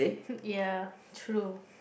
ya true